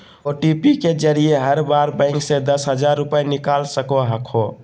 OTP के जरिए हर बार बैंक से दस हजार रुपए निकाल सको हखो